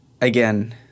again